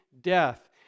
death